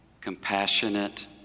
compassionate